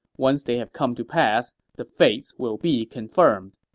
once they have come to pass, the fates will be confirmed